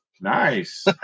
Nice